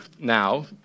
now